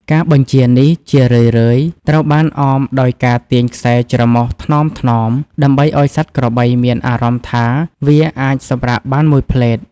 ការបញ្ជានេះជារឿយៗត្រូវបានអមដោយការទាញខ្សែច្រមុះថ្នមៗ ដើម្បីឱ្យសត្វក្របីមានអារម្មណ៍ថាវាអាចសម្រាកបានមួយភ្លេត។